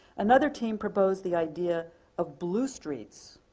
another team proposed the idea of blue streets,